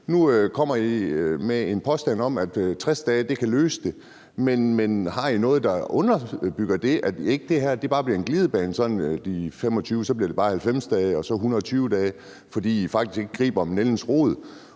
Nu kommer I med en påstand om, at 60 dage kan løse det. Men har I noget, der underbygger det, så det her ikke bare bliver en glidebane, som gør, at det i 2025 bare bliver 90 dage og så 120 dage, fordi I faktisk ikke griber om nældens rod?